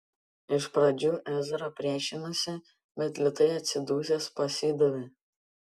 iš pradžių ezra priešinosi bet lėtai atsidusęs pasidavė